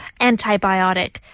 antibiotic